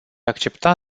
accepta